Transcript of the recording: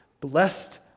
blessed